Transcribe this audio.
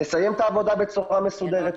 נסיים את העבודה בצורה מסודרת.